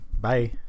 Bye